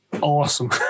awesome